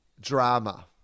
drama